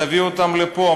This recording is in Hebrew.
תביאו אותם לפה.